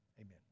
Amen